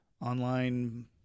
online